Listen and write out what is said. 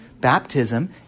Baptism